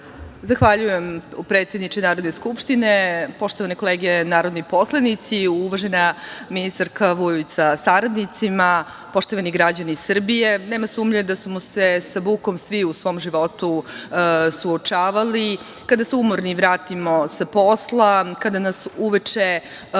Zahvaljujem, predsedniče Narodne skupštine. Poštovane kolege narodni poslanici, uvažena ministarka Vujović sa saradnicima, poštovani građani Srbije, nema sumnje da smo se sa bukom svi u svom životu suočavali, kada se umorni vratimo sa posla, kada nas uveče